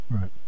right